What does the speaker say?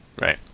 Right